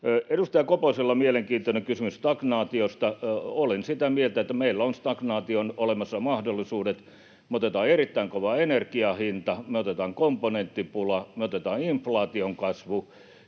Edustaja Koposella oli mielenkiintoinen kysymys stagnaatiosta. Olen sitä mieltä, että meillä on stagnaatioon olemassa mahdollisuudet. Kun me otetaan erittäin kova energian hinta, me otetaan komponenttipula, me otetaan inflaation kasvu